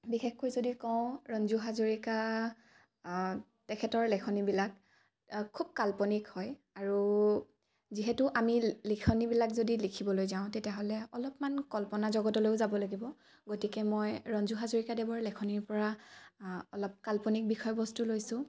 বিশেষকৈ যদি কওঁ ৰঞ্জু হাজৰিকা তেখেতৰ লেখনিবিলাক খুব কাল্পনিক হয় আৰু যিহেতু আমি লিখনিবিলাক যদি লিখিবলৈ যাওঁ তেতিয়াহ'লে অলপমান কল্পনা জগতলৈও যাব লাগিব গতিকে মই ৰঞ্জু হাজৰিকা দেৱৰ লেখনিৰ পৰা অলপ কাল্পনিক বিষয়বস্তু লৈছোঁ